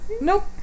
Nope